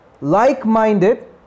Like-minded